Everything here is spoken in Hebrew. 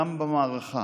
גם במערכה